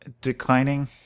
declining